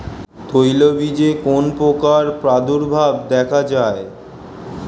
তৈলবীজে কোন পোকার প্রাদুর্ভাব দেখা যায়?